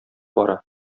бара